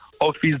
office